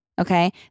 okay